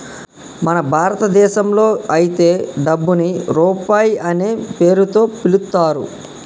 మన భారతదేశంలో అయితే డబ్బుని రూపాయి అనే పేరుతో పిలుత్తారు